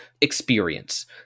experience